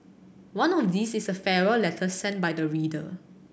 one of these is a farewell letter sent by the reader